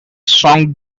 song